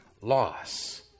loss